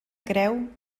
creu